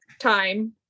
time